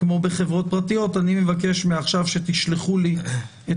כמו בחברות פרטיות: אני מבקש מעכשיו שתשלחו לי את